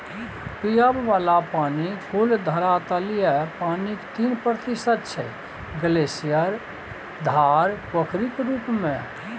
पीबय बला पानि कुल धरातलीय पानिक तीन प्रतिशत छै ग्लासियर, धार, पोखरिक रुप मे